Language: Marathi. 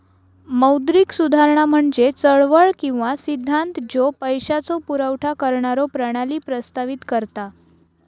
मौद्रिक सुधारणा म्हणजे चळवळ किंवा सिद्धांत ज्यो पैशाचो पुरवठा करणारो प्रणाली प्रस्तावित करता